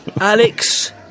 alex